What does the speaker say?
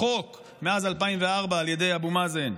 בחוק מאז 2004 על ידי אבו מאזן,